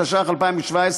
התשע"ח 2017,